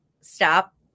stop